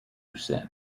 sin